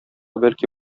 бәлки